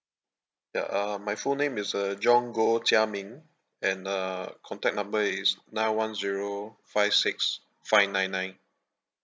ya uh my full name is uh john goh chia ming and uh contact number is nine one zero five six five nine nine